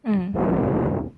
mmhmm